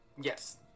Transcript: yes